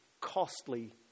costly